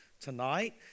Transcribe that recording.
tonight